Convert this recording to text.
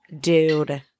Dude